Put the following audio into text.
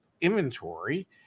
inventory